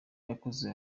yakoze